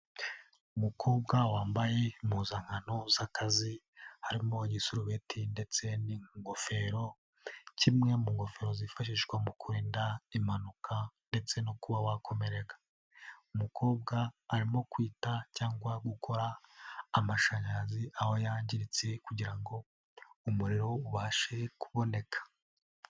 umukobwa wambaye impuzankano z'akazi harimo igisobeti ndetse n'ingofero kimwe ni ingofero zifashishwa mu kurinda impanuka ndetse no kuba wakomereka. Umukobwa arimo kwita cyangwa gukora amashanyarazi aho yangiritse kugira ngo umuriro ubashe kuboneka.